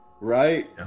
right